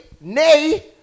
Nay